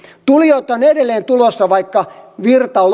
tulijoita on edelleen tulossa vaikka virta on